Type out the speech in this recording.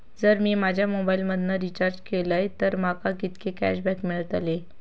जर मी माझ्या मोबाईल मधन रिचार्ज केलय तर माका कितके कॅशबॅक मेळतले?